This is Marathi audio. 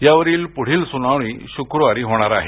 यावरील पुढील सुनावणी शुक्रवारी होणार आहे